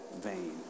vein